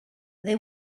they